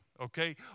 okay